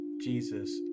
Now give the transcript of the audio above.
Jesus